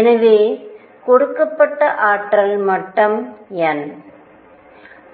எனவே கொடுக்கப்பட்ட ஆற்றல் மட்டம் n